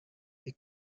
est